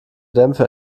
dämpfe